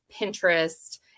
Pinterest